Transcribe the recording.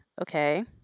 okay